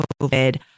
COVID